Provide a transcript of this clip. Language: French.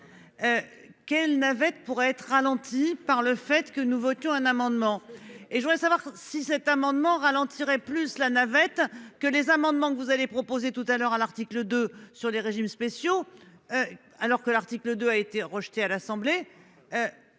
Quelle navette pourrait être ralentie par le fait que nous votons un amendement et je voudrais savoir si cet amendement ralentirait plus la navette que les amendements que vous allez proposer tout à l'heure à l'article 2 sur les régimes spéciaux. Alors que l'article 2 a été rejeté à l'Assemblée.